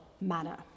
manner